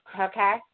Okay